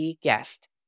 guest